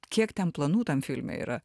kiek ten planų tam filme yra